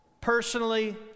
personally